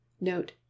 Note